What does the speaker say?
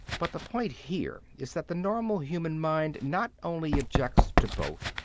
but the point here is that the normal human mind not only objects to both,